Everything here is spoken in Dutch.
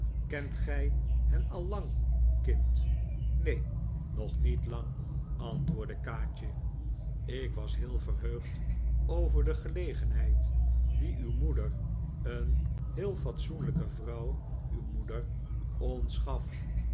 kent gij hen al lang kind neen nog niet lang antwoordde kaatje ik was heel verheugd over de gelegenheid die uw moeder een heel fatsoenlijke vrouw uw moeder ons gaf